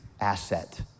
asset